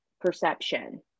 perception